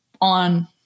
on